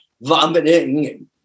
vomiting